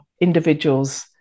individuals